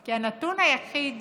כי הנתון היחיד